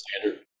standard